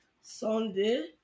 Sunday